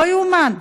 לא יאומן.